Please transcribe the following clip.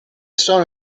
sono